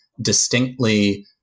distinctly